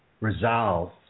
resolve